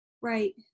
Right